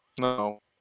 No